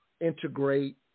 integrate